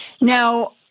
Now